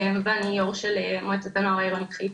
ואני יו"ר של מועצת הנוער העירונית חיפה.